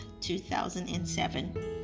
2007